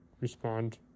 respond